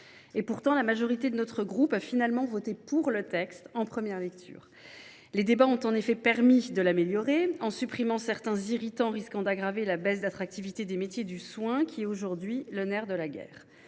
Pourtant, la majorité de notre groupe a finalement voté ce texte en première lecture. Les débats ont en effet permis de l’améliorer, en supprimant certains irritants qui risquaient d’aggraver la baisse d’attractivité des métiers du soin, alors que c’est aujourd’hui le nerf de la guerre.